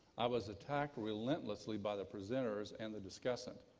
i was attacked relentlessly by the presenters and the discussant.